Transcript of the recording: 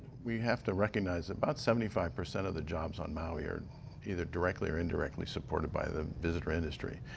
we have to recognize about seventy five percent of the jobs on maui are either directly or indirectly supported by the visitor industry.